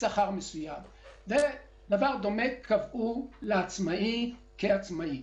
דבר דומה קבעו לעצמאי כעצמאי.